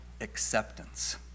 acceptance